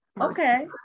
Okay